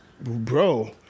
bro